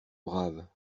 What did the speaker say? brave